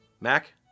Mac